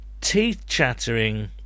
teeth-chattering